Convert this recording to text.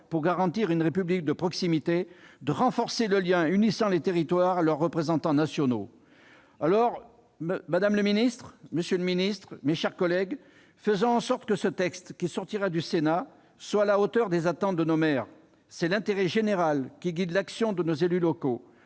possible le cumul de mandats, de renforcer le lien unissant les territoires à leurs représentants nationaux. Madame, monsieur les ministres, mes chers collègues faisons en sorte que le texte qui sortira des travaux du Sénat soit à la hauteur des attentes de nos maires ! C'est l'intérêt général qui guide l'action de nos élus locaux